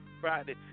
Friday